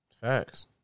Facts